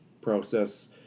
process